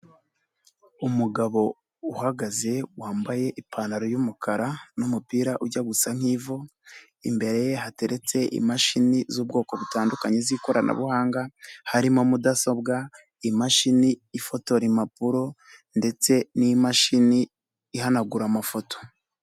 Umugabo uhagaze wambaye ipantaro y'umukara n'umupira ujya gusa nk'ivu' imbere ye hateretse imashini z'ubwoko butandukanye z'ikoranabuhanga, harimo mudasobwa, imashini ifotora impapuro ndetse n'imashini ihanagura amafoto.